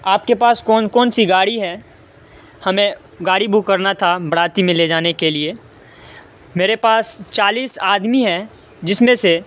آپ کے پاس کون کون سی گاڑی ہیں ہمیں گاڑی بک کرنا تھا باراتی میں لے جانے کے لیے میرے پاس چالیس آدمی ہیں جس میں سے